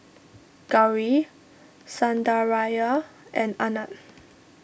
Gauri Sundaraiah and Anand